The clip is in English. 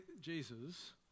Jesus